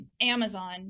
Amazon